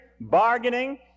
bargaining